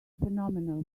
phenomenal